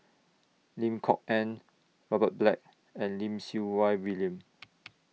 Lim Kok Ann Robert Black and Lim Siew Wai William